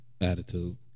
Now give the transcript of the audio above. Attitude